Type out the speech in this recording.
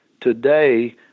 today